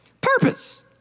purpose